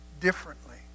differently